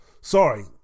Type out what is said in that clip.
Sorry